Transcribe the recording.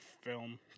film